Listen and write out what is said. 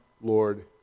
Lord